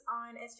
on